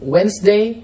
Wednesday